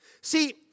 See